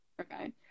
Okay